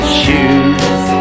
shoes